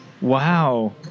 wow